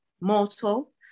mortal